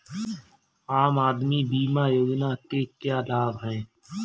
आम आदमी बीमा योजना के क्या लाभ हैं?